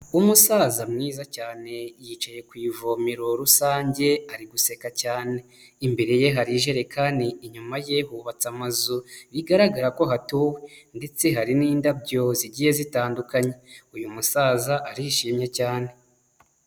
Umusaza mwiza cyane yicaye ku ivomero rusange ari guseka cyane, imbere ye hari ijerekani, inyuma ye hubatse amazu bigaragara ko hatuwe ndetse hari n'indabyo zigiye zitandukanye, uyu musaza arishimye cyane.